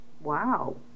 Wow